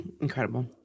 Incredible